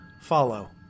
follow